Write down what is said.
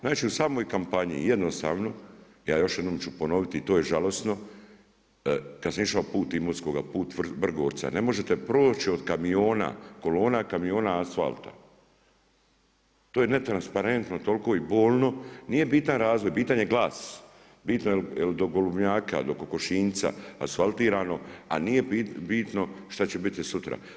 Znači, u samoj kampanji jednostavno, ja još jednom ću ponoviti i to je žalosno, kad sam išao put Imotskoga, put Vrgorca, ne možete proći od kamiona, kolona kamiona asfalta, to je netransparentno toliko i bolno, nije bitan razvoj bitan je glas, bitno je jel do golubinjaka, kokošinjca, asfaltirano, a nije bitno što će biti sutra.